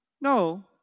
No